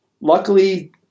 luckily